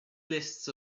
lists